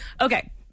Okay